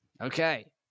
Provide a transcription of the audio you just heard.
Okay